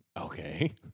Okay